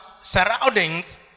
surroundings